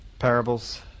parables